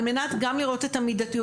על מנת גם לראות את המידתיות,